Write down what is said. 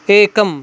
एकम्